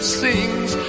sings